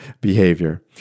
behavior